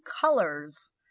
colors